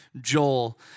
Joel